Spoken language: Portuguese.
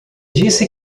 disse